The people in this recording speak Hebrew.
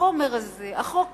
החוק הזה,